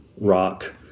rock